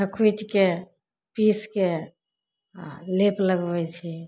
थकुचिके पीसिके आओर लेप लगबै छी